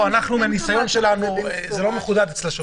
מהניסיון שלנו זה לא מחודד אצל השוטרים.